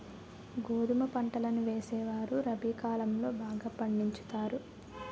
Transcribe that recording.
గోధుమ పంటలను వేసేవారు రబి కాలం లో బాగా పండించుతారు